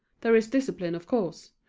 there is discipline, of course.